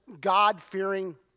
god-fearing